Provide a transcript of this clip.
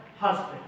husband